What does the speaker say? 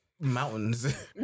mountains